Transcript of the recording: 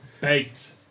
baked